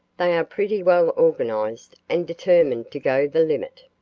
they are pretty well organized and determined to go the limit.